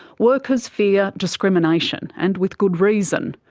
workers fear discrimination, and with good reason.